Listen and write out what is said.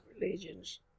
religions